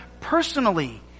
personally